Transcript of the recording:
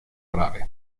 grave